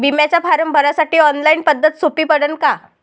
बिम्याचा फारम भरासाठी ऑनलाईन पद्धत सोपी पडन का?